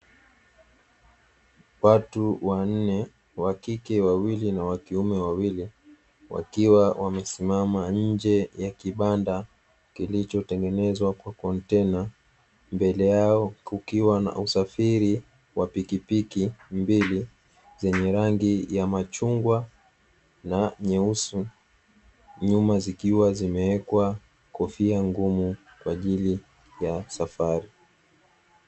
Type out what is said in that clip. Watu wanne wa kike wawili na wa kiume wawili, wakiwa wamesimama nje ya kibanda kilichotengenezwa kwa kontena, mbele yao kukiwa na usafiri wa pikipiki mbili zenye rangi ya machungwa, na nyeusi nyuma zikiwa zimewekwa kofia ngumu kwa ajili ya safari.